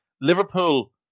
Liverpool